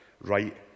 right